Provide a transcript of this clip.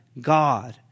God